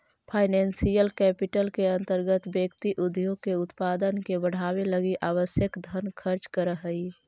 financial capital के अंतर्गत व्यक्ति उद्योग के उत्पादन के बढ़ावे लगी आवश्यक धन खर्च करऽ हई